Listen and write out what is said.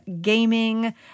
gaming